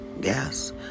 Gas